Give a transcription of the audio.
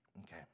Okay